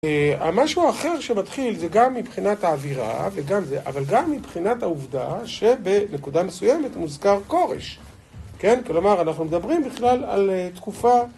משהו אחר שמתחיל זה גם מבחינת האווירה וגם זה, אבל גם מבחינת העובדה שבנקודה מסוימת מוזכר כורש, כן? כלומר אנחנו מדברים בכלל על תקופה